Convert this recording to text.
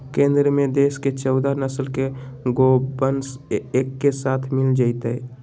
केंद्र में देश के चौदह नस्ल के गोवंश एके साथ मिल जयतय